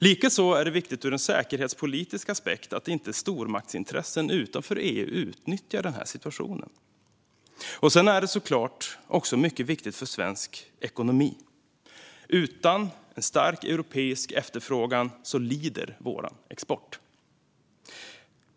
Likaså är det viktigt ur en säkerhetspolitisk aspekt att inte stormaktsintressen utanför EU utnyttjar denna situation. Sedan är det såklart också mycket viktigt för svensk ekonomi. Utan en stark europeisk efterfrågan lider vår export.